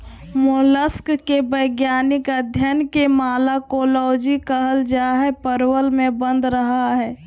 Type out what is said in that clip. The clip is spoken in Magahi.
मोलस्क के वैज्ञानिक अध्यन के मालाकोलोजी कहल जा हई, प्रवर में बंद रहअ हई